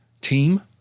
team